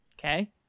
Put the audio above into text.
Okay